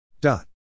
Dot